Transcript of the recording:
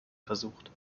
versucht